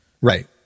Right